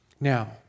Now